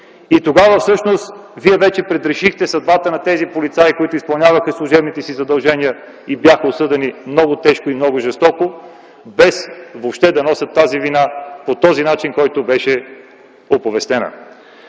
Тогава всъщност вие вече предрешихте съдбата на тези полицаи, които изпълняваха служебните си задължения и бяха осъдени много тежко и много жестоко, без въобще да носят тази вина по този начин, по който беше оповестена.